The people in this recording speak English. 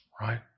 right